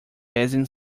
basin